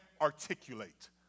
articulate